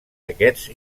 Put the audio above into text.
aquests